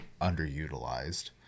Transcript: underutilized